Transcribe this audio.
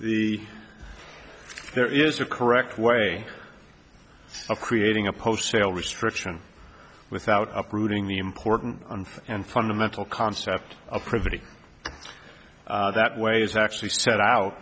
the there is a correct way of creating a post sale restriction without uprooting the important and fundamental concept of privity that way is actually set out